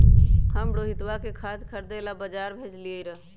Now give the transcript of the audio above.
हम रोहितवा के खाद खरीदे ला बजार भेजलीअई र